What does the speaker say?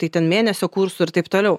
tai ten mėnesio kursų ir taip toliau